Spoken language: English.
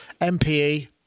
MPE